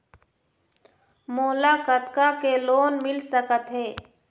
मोला कतका के लोन मिल सकत हे?